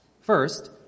First